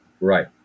right